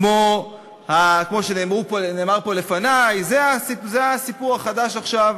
כמו שנאמר פה לפני: זה הסיפור החדש עכשיו